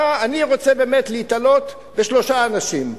אני רוצה באמת להיתלות בשלושה אנשים,